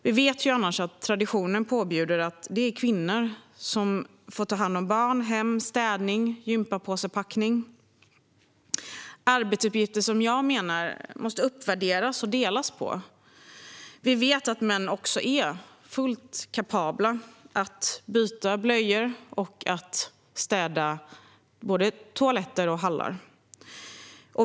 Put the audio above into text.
Vi vet att traditionen annars påbjuder att kvinnor ska ta hand om barn, hem, städning och packning av gympapåsar. Jag menar att det är arbetsuppgifter som måste uppvärderas och delas på. Vi vet att män också är fullt kapabla att byta blöjor och städa både toaletter och hallar.